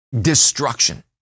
destruction